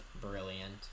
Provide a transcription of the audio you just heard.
brilliant